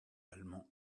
allemand